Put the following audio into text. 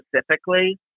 specifically